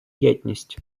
єдність